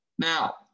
Now